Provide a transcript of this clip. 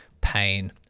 pain